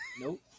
Nope